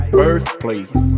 birthplace